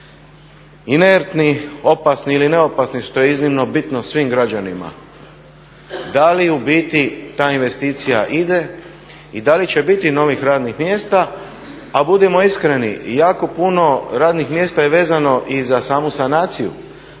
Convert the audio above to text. inertni, opasni ili neopasni što je iznimno bitno svim građanima? Da li u biti ta investicija ide i da li će biti novih radnih mjesta? A budimo iskreni jako puno radnih mjesta je vezano i za samu sanaciju.